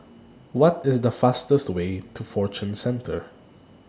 What IS The fastest Way to Fortune Centre